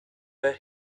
but